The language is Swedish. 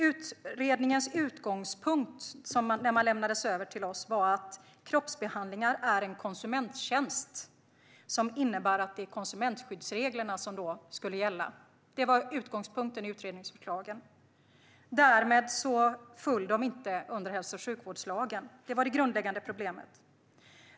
Utredningens utgångspunkt när den lämnades över till oss var att kroppsbehandlingar är en konsumenttjänst som innebär att det är konsumentskyddsreglerna som ska gälla. Detta var utgångspunkten i utredningsförslagen. Därmed föll detta inte under hälso och sjukvårdslagen - det var det grundläggande problemet.